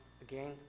again